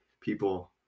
people